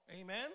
Amen